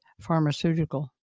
pharmaceutical